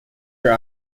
are